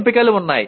ఎంపికలు ఉన్నాయి